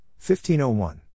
1501